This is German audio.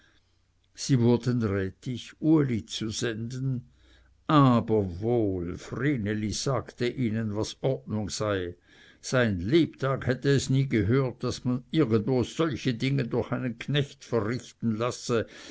sie wurden rätig uli zu senden aber wohl vreneli sagte ihnen was ordnung sei sein lebtag hätte es nie gehört daß man irgendwo solche dinge durch einen knecht verrichten lasse